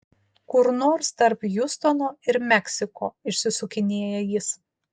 kur nors tarp hjustono ir meksiko išsisukinėja jis